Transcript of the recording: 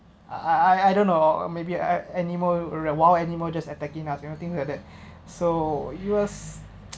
I I don't know maybe a~ animal wild animal just attacking us you know things like that so it was